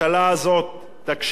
אולי תיתן פתרונות,